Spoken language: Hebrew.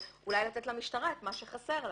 אולי לתת למשטרה את מה שחסר לה,